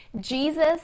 Jesus